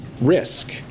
risk